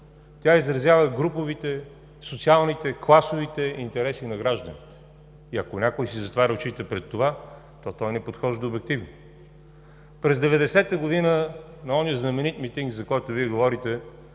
Тя изразява груповите, социалните, класовите интереси на гражданите. И ако някой си затваря очите пред това, то той не подхожда обективно. През 1990 г. на онзи знаменит митинг, за който Вие говорите,